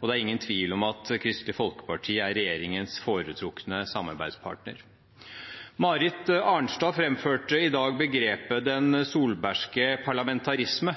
og det er ingen tvil om at Kristelig Folkeparti er regjeringens foretrukne samarbeidspartner. Marit Arnstad framførte i dag begrepet «den solbergske parlamentarisme».